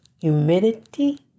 humidity